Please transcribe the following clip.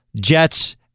Jets